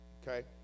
Okay